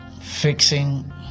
fixing